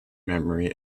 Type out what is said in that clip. memory